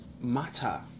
matter